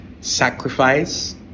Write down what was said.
Sacrifice